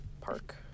Park